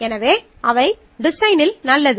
எனவே அவை டிசைனில் நல்லது